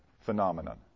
phenomenon